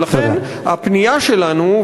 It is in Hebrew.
ולכן הפנייה שלנו,